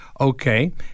Okay